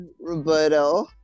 Roberto